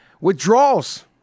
Withdrawals